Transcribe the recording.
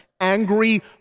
angry